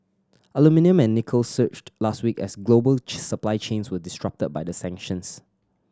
aluminium and nickel surged last week as global supply chains were disrupted by the sanctions